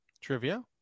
trivia